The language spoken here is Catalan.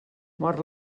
mor